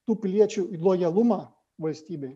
tų piliečių lojalumą valstybei